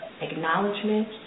acknowledgement